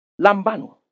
Lambano